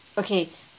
okay